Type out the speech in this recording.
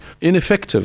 ineffective